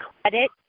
credit